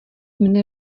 mne